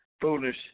Foolish